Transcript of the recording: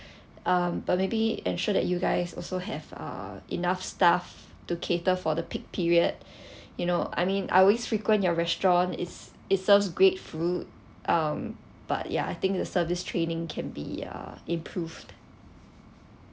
um but maybe ensure that you guys also have uh enough staff to cater for the peak period you know I mean I always frequent your restaurant it's it's serves great food um but yeah I think the service training can be uh improved